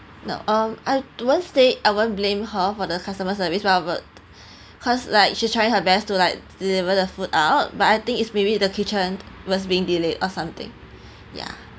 no um I won't say I won't blame her for the customer service cause like she tried her best to like deliver the food out but I think it's maybe the kitchen was being delayed or something yeah